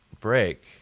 break